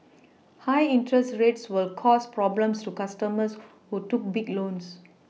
high interest rates will cause problems to customers who took big loans